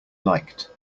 liked